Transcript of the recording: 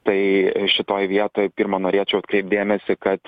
tai šitoj vietoj pirma norėčiau atkreipt dėmesį kad